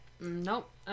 Nope